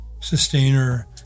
sustainer